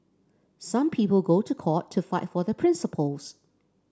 some people go to court to fight for their principles